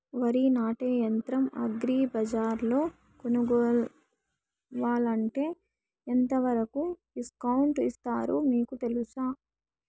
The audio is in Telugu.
వరి నాటే యంత్రం అగ్రి బజార్లో కొనుక్కోవాలంటే ఎంతవరకు డిస్కౌంట్ ఇస్తారు మీకు తెలుసా?